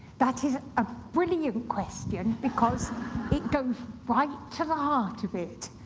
that is a brilliant question because it goes right to the heart of it.